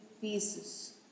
pieces